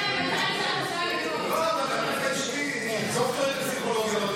אשתי היא דוקטור לפסיכולוגיה,